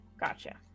Gotcha